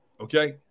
okay